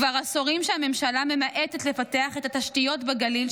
כבר עשורים הממשלה ממעטת לפתח את התשתיות בגליל,